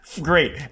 Great